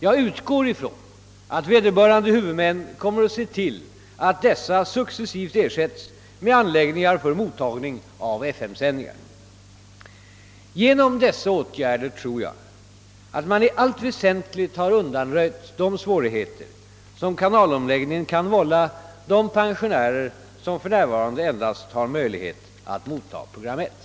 Jag utgår från att vederbörande huvudmän kommer att se till att dessa successivt ersätts med anläggningar för mottagning av FM-sändningar. Genom dessa åtgärder tror jag, att man i allt väsentligt har undanröjt de svårigheter, som kanalomläggningen kan vålla de pensionärer, som f.n. endast har möjligheter att motta program 1.